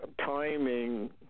timing